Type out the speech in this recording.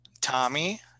Tommy